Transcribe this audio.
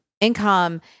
income